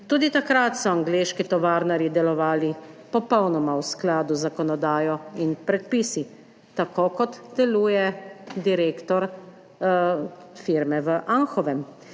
Tudi takrat so angleški tovarnarji delovali popolnoma v skladu z zakonodajo in predpisi, tako kot deluje direktor firme v Anhovem,